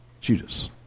Judas